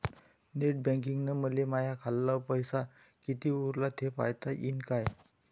Net बँकिंगनं मले माह्या खाल्ल पैसा कितीक उरला थे पायता यीन काय?